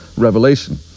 Revelation